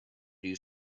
you